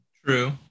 True